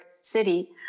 city